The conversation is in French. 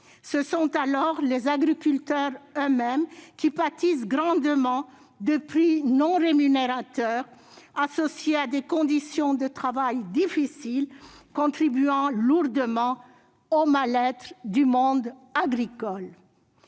Ce sont alors les agriculteurs eux-mêmes qui pâtissent grandement de prix non rémunérateurs, associés à des conditions de travail difficiles, contribuant lourdement au mal-être du monde agricole.